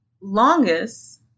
longest